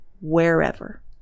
wherever